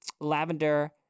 Lavender